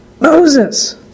Moses